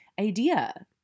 idea